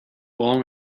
long